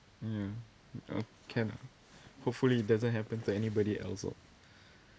ya uh can ah hopefully it doesn't happen to anybody else oh